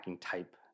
type